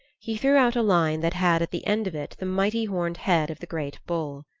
he threw out a line that had at the end of it the mighty-horned head of the great bull.